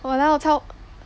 !walao! 超